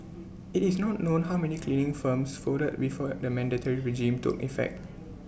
IT is not known how many cleaning firms folded before the mandatory regime took effect